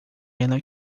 ela